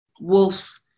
wolf-